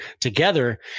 together